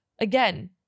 again